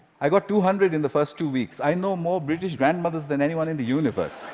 i got two hundred in the first two weeks. i know more british grandmothers than anyone in the universe.